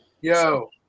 Yo